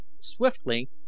Swiftly